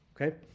Okay